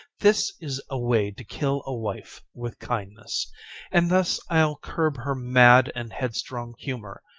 this is a way to kill a wife with kindness and thus i'll curb her mad and headstrong humour.